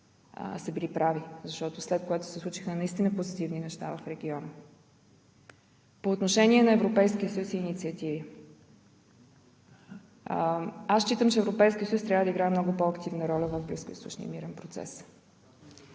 са били прави, защото след това се случиха наистина позитивни неща в региона. По отношение на Европейския съюз и на инициативите. Считам, че Европейският съюз трябва да играе много по-активна роля в близкоизточния мирен процес.